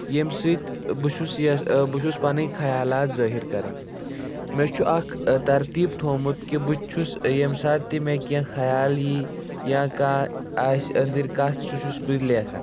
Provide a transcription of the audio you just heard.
ییٚمہِ سۭتۍ بہٕ چھُس یہ بہٕ چھُس پَنٕنۍ خیالات ظٲہِر کَران مےٚ چھُ اَکھ ترتیٖب تھومُت کہ بہٕ چھُس ییٚمہِ ساتہٕ تہِ مےٚ کیٚنہہ خیال یی یا کانٛہہ آسہِ أندٕرۍ کَتھ سُہ چھُس بہٕ لیٚکھان